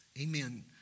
Amen